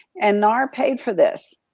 and nar paid for this.